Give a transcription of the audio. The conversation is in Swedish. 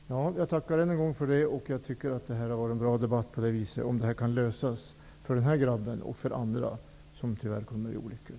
Herr talman! Jag tackar ännu en gång för ministerns besked. Jag tycker att debatten har varit bra, om problemen i det här sammanhanget kan lösas för den här grabben och även för andra personer som, tyvärr, drabbats av olyckor.